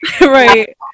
Right